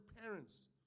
parents